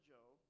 Job